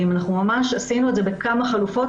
עשינו את זה בכמה חלופות,